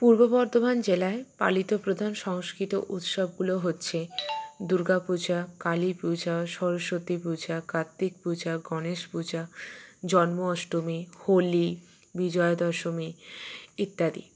পূর্ব বর্ধমান জেলায় পালিত প্রধান সংস্কৃত উৎসবগুলো হচ্ছে দুর্গা পূজা কালী পূজা সরস্বতী পূজা কার্ত্তিক পূজা গণেশ পূজা জন্ম অষ্টমী হোলি বিজয়া দশমী ইত্যাদি